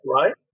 right